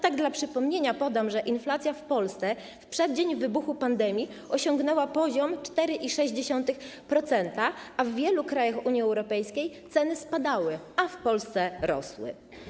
Tak dla przypomnienia podam, że inflacja w Polsce w przeddzień wybuchu pandemii osiągnęła poziom 4,6%, w wielu krajach Unii Europejskiej ceny spadały, a w Polsce rosły.